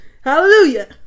hallelujah